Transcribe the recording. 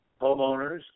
homeowners